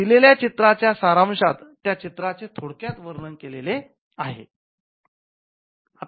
दिलेल्या चित्राच्या सारांशत त्या चित्राचे थोडक्यात वर्णन केलेले आहे